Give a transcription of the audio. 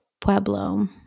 Pueblo